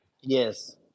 Yes